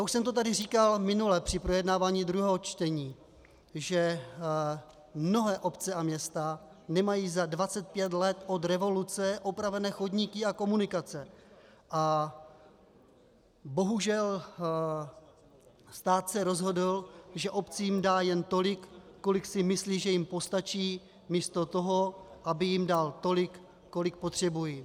Už jsem tady říkal minule při projednávání druhého čtení, že mnohé obce a města nemají za dvacet pět let od revoluce opravené chodníky a komunikace, a stát se bohužel rozhodl, že obcím dá jen tolik, kolik si myslí, že jim postačí, místo toho, aby jim dal tolik, kolik potřebují.